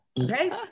okay